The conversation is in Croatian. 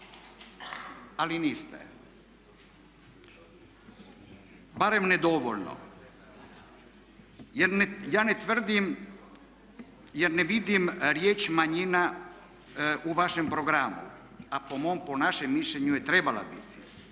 Ali niste, barem ne dovoljno. Ja ne tvrdim jer ne vidim riječ manjina u vašem programu, a po našem mišljenju je trebala biti.